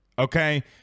Okay